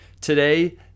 today